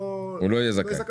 לא יהיה זכאי.